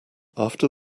after